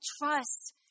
trust